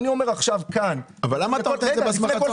אני אומר עכשיו כאן --- אבל למה אתה עושה את זה בהסמכה.